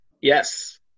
yes